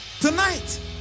Tonight